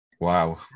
Wow